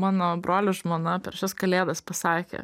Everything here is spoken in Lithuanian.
mano brolio žmona per šias kalėdas pasakė